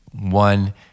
one